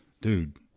dude